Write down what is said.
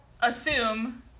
Assume